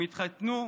הם התחתנו,